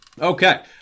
Okay